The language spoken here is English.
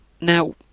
Now